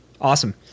Awesome